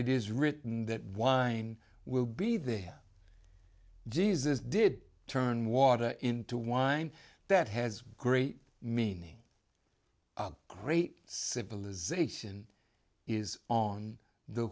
it is written that wine will be there jesus did turn water into wine that has great meaning great civilization is on the